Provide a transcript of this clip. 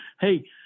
Hey